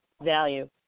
Value